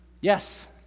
Yes